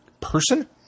person